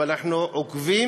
אבל אנחנו עוקבים,